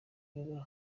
rwiza